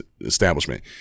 establishment